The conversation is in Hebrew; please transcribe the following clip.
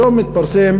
היום התפרסם